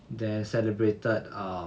then celebrated um